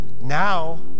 Now